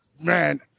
Man